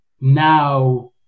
now